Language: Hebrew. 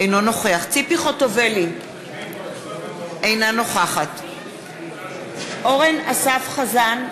אינו נוכח ציפי חוטובלי, אינה נוכחת אורן אסף חזן,